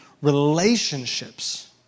relationships